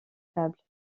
tables